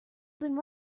than